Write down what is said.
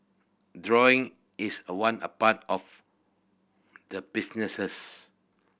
drawing is one part of the businesses